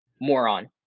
moron